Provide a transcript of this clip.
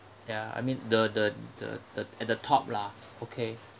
ya I mean the the the the at the top lah okay